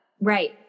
Right